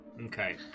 Okay